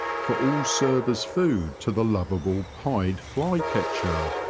for all serve as food to the loveable pied fly-catcher.